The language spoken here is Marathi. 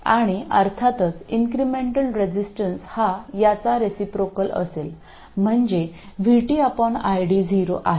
आणि अर्थातच इंक्रेमेंटल रेजिस्टन्स हा याचा रिसाप्रोकल असेल म्हणजे Vt ID0 आहे